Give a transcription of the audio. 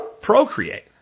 Procreate